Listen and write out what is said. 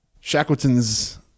Shackleton's